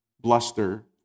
bluster